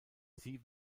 sie